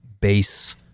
base